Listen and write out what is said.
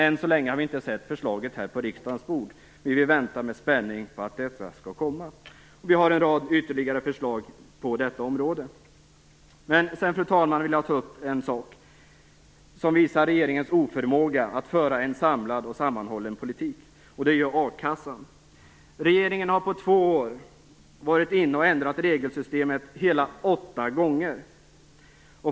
Än så länge har vi dock inte sett förslaget här på riksdagens bord. Vi väntar med spänning på att det skall komma. Vi har också en rad ytterligare förslag på detta område. Sedan, fru talman, vill jag ta upp en sak som visar regeringens oförmåga att föra en samlad och sammanhållen politik, nämligen a-kassan. Regeringen har på två år varit inne och ändrat regelsystemet hela åtta gånger.